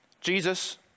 Jesus